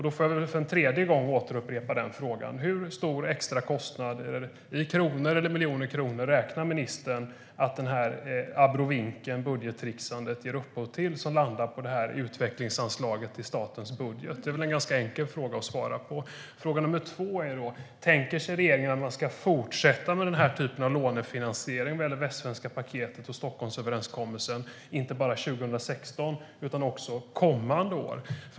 Då får jag väl för en tredje gång upprepa frågan: Hur stor extra kostnad i kronor eller miljoner kronor räknar ministern med att den här abrovinken, budgettrixandet, ger upphov till som landar på utvecklingsanslaget i statens budget? Det är väl en ganska enkel fråga att svara på. Den andra frågan är: Tänker sig regeringen att man ska fortsätta med den här typen av lånefinansiering vad gäller Västsvenska paketet och Stockholmsöverenskommelsen, inte bara 2016 utan också kommande år?